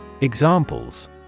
Examples